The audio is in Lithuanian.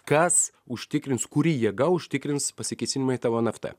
kas užtikrins kuri jėga užtikrins pasikėsinimą į tavo nft